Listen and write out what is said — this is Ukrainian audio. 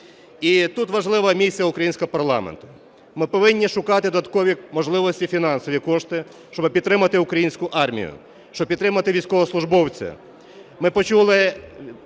І тут важлива місія українського парламенту. Ми повинні шукати додаткові можливості, фінансові кошти, щоби підтримати українську армію, щоби підтримати військовослужбовця.